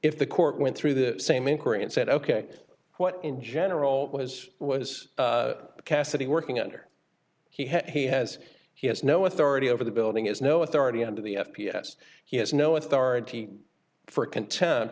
if the court went through the same inquiry and said ok what in general was was cassady working under he had he has he has no authority over the building is no authority under the f p s he has no authority for contempt